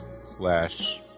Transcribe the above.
slash